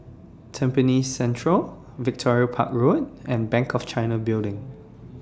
Tampines Central Victoria Park Road and Bank of China Building